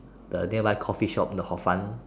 the nearby Coffee shop the hor-fun